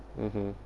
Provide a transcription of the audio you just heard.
mmhmm